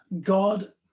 god